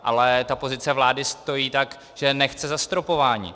Ale pozice vlády stojí tak, že nechce zastropování.